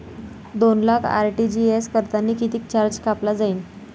दोन लाख आर.टी.जी.एस करतांनी कितीक चार्ज कापला जाईन?